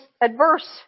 adverse